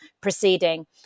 proceeding